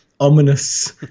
Ominous